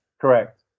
Correct